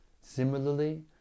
Similarly